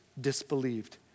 disbelieved